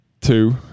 two